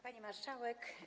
Pani Marszałek!